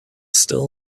still